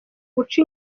guca